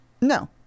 No